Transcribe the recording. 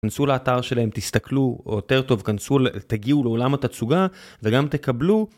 כנסו לאתר שלהם, תסתכלו יותר טוב, תגיעו לעולם התצוגה וגם תקבלו